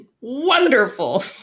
Wonderful